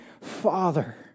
Father